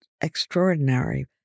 extraordinary